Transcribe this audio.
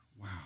Wow